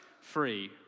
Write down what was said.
free